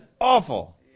awful